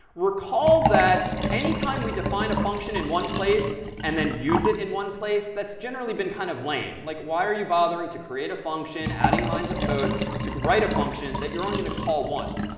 recall that any time we define a function in one place and then use it in one place, that's generally been kind of lame. like, why are you bothering to create a function, adding lines of code to write a function that you're only going to call once?